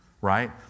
right